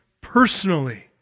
personally